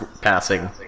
passing